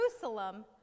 Jerusalem